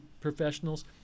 professionals